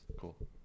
Cool